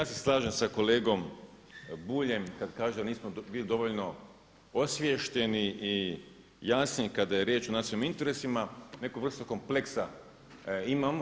Ja se slažem sa kolegom Buljem kada kaže da nismo bili dovoljno osviješteni i jasni kada je riječ o nacionalnim interesima, neku vrstu kompleksa imamo.